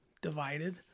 divided